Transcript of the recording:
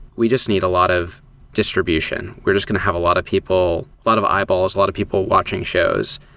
we just need a lot of distribution. we're just going to have a lot of people, a lot of eyeballs, a lot of people watching shows.